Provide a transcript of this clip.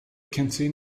canteen